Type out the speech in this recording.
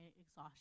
exhaustion